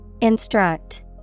Instruct